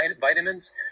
vitamins